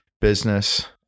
business